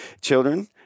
children